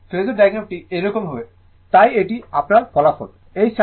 সুতরাং ফেজোর ডায়াগ্রামটি এইরকম হবে তাই এটি আপনার ফলাফল